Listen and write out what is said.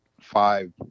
five